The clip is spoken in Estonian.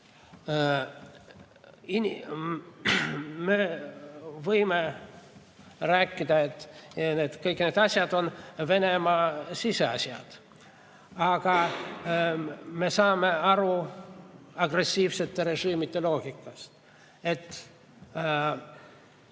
võime rääkida, et kõik need asjad on Venemaa siseasjad, aga me saame aru agressiivsete režiimide loogikast: